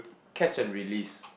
catch and release